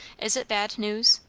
is it bad news?